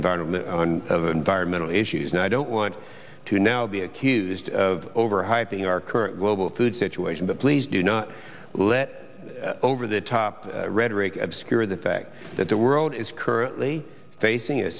environment of environmental issues and i don't want to now be accused of overhyping our current global food situation but please do not let over the top rhetoric obscure the fact that the world is currently facing a